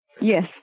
Yes